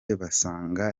bagasanga